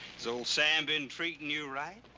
has old sam been treating you right?